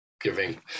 giving